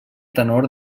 tenor